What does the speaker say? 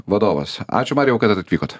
vadovas ačiū marijau kad atvykot